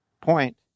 point